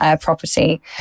property